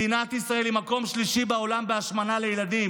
מדינת ישראל היא במקום שלישי בעולם בהשמנה אצל ילדים